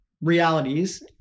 realities